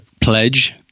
pledge